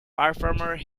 former